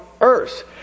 earth